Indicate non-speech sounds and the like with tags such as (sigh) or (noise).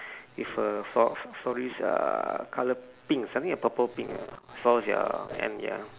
(breath) with a flor~ floral uh colour pink something like purple pink flor~ ya and ya